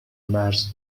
مرز